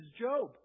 Job